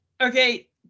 okay